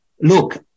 look